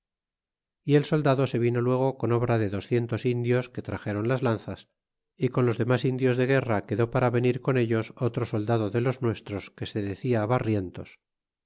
y el soldado se vino luego con obra de doscientos indios que traxéron las lanzas y con los denlas indios de guerra quedó para venir con ellos otro soldado de los nuestros que se decia barrientos